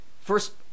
first